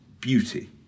beauty